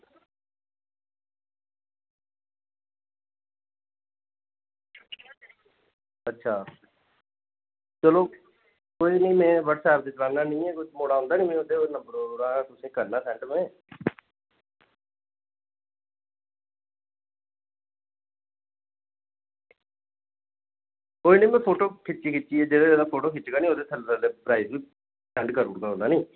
अच्छा चलो कोई निं में व्हाट्सएप चलान्ना निं ऐ कोई मुड़ा आंदा ना ओह्दे नंबर उप्परा तुसेंगी करना सैंड में कोई निं में फोटो खिच्ची खिच्चियै जेह्ड़े फोटो खिच्चगा ना ओह्दे थल्लै ओह्दे प्राइस बी सैंड करी ओड़गा है नी